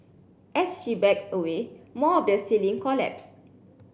as she backed away more of the ceiling collapsed